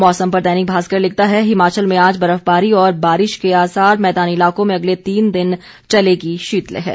मौसम पर दैनिक भास्कर लिखता है हिमाचल में आज बर्फबारी और बारिश के आसार मैदानी इलाकों में अगले तीन दिन चलेगी शीतलहर